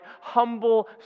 humble